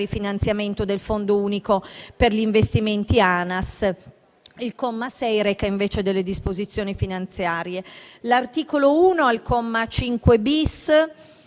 rifinanziamento del Fondo unico per gli investimenti ANAS. Il comma 6 reca invece delle disposizioni finanziarie. L'articolo 1, al comma 5-*bis*,